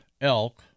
elk